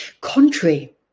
Contrary